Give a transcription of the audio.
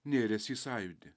nėręs į sąjūdį